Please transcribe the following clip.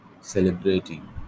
celebrating